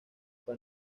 fue